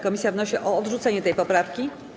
Komisja wnosi o odrzucenie tej poprawki.